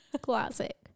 Classic